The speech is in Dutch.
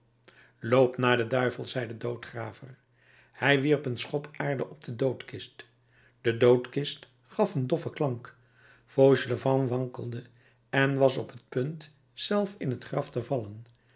loop naar den duivel zei de doodgraver en hij wierp een schop aarde op de doodkist de doodkist gaf een doffen klank fauchelevent wankelde en was op t punt zelf in het graf te vallen